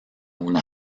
una